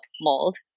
mold